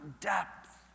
depth